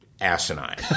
asinine